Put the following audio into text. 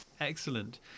Excellent